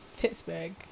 pittsburgh